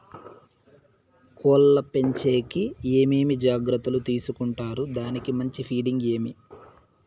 కోళ్ల పెంచేకి ఏమేమి జాగ్రత్తలు తీసుకొంటారు? దానికి మంచి ఫీడింగ్ ఏమి?